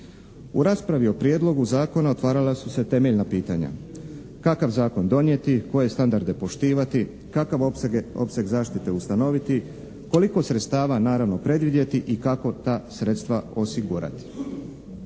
U raspravi o prijedlogu zakona otvarala su se temeljna pitanja, kakav zakon donijeti, koje standarde poštivati, kakav opseg zaštite ustanoviti, koliko sredstava naravno predvidjeti i kako ta sredstva osigurati.